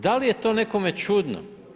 Da li je to nekome čudno?